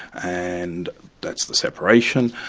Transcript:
and that's the separation.